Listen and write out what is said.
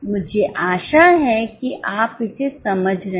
मुझे आशा है कि आप इसे समझ रहे हैं